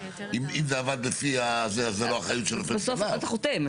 אם זה עבד לפי הזה אז זה לא אחריות של --- בסוף אתה חותם.